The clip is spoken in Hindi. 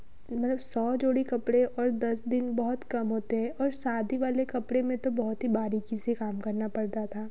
मतलब सौ जोड़ी कपड़े और दस दिन बहुत कम होते हैं और शादी वाले कपड़े में तो बहुत ही बारीकी से काम करना पड़ता था